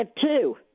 two